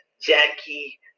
Jackie